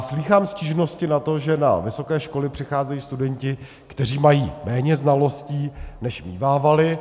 Slýchám stížnosti na to, že na vysoké školy přicházejí studenti, kteří mají méně znalostí, než mívávali.